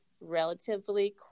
Relatively